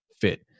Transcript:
fit